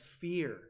fear